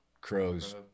Crow's